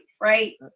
right